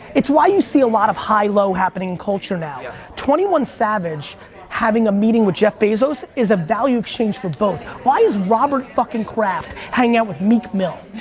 it's why you see a lot of high low happening in culture now. yeah twenty one savage having a meeting with jeff bezos is a value exchange for both. why is robert fuckin' kraft hanging out with meek mill?